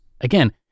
Again